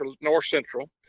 north-central